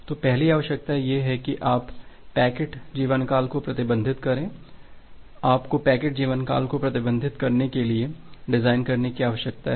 तो पहली आवश्यकता यह है कि आप पैकेट जीवनकाल को प्रतिबंधित करें आपको पैकेट जीवनकाल को प्रतिबंधित करने के लिए डिज़ाइन करने की आवश्यकता है